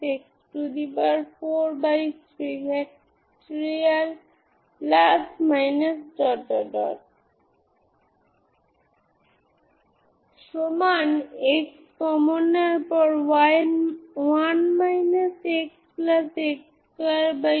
যেকোনো টুকরো টুকরো কন্টিনুয়াস ফাংশন যাতে আপনি a থেকে b পর্যন্ত থাকতে পারেন আপনার কিছু টুকরা থাকতে পারে